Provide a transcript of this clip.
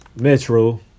metro